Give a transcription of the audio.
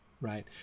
right